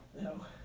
No